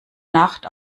nacht